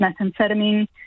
methamphetamine